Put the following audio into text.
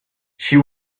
she